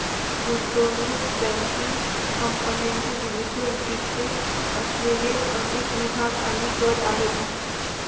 गुंतवणूक बँकिंग कंपन्यांचे विविध उद्दीष्टे असलेले अनेक विभाग आणि गट आहेत